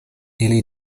ili